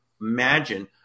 imagine